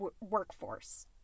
workforce